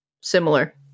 similar